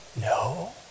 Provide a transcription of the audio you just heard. No